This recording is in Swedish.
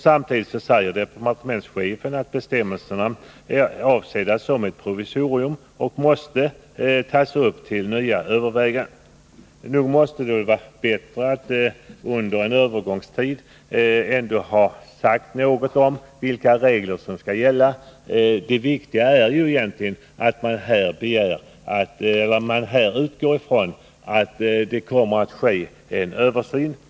Samtidigt säger departementschefen att bestämmelserna är avsedda som ett provisorium och måste tas upp till nya överväganden. Men nog måste det ändå vara bättre att under en övergångstid ha sagt någonting om vilka regler som skall gälla — det viktiga är ju sedan att man vill ha en översyn.